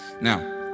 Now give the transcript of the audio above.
Now